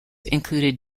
included